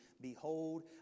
Behold